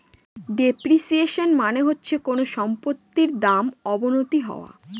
depreciation মানে হচ্ছে কোনো সম্পত্তির দাম অবনতি হওয়া